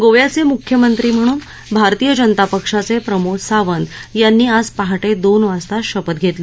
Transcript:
गोव्याचे मुख्यमंत्री म्हणून भारतीय जनता पक्षाचे प्रमोद सावंत यांनी आज पहाटे दोन वाजता शपथ घेतली